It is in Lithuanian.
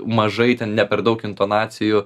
mažai ten ne per daug intonacijų